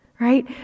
Right